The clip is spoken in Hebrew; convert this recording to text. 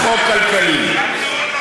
הבטחת הכנסה זה בסדר?